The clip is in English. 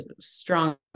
strong